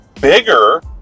bigger